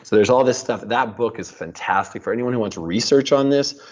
there's all this stuff. that book is fantastic. for anyone who wants research on this,